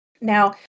now